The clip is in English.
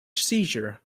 seizure